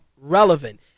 relevant